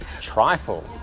Trifle